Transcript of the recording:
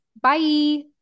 Bye